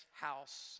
house